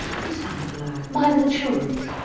whose time to learn? mine or the children's?